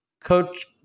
Coach